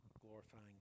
glorifying